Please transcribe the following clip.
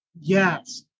Yes